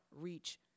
reach